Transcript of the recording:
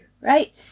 right